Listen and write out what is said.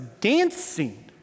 dancing